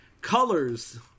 Colors